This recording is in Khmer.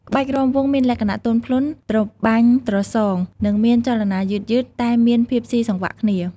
ក្បាច់រាំវង់មានលក្ខណៈទន់ភ្លន់ ត្របាញ់ត្រសង និងមានចលនាយឺតៗ តែមានភាពស៊ីចង្វាក់គ្នា។